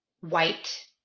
white